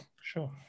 Sure